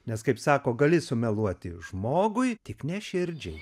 nes kaip sako gali sumeluoti žmogui tik ne širdžiai